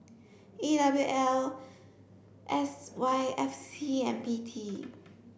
E W L S Y F C and P T